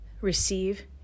receive